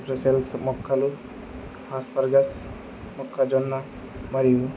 ప్రసెల్స్ మొక్కలు ఆస్పర్గస్ మొక్కజొన్న మరియు